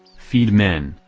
feed men,